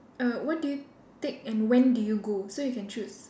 uh what do you take and when do you go so you can choose